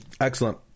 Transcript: Excellent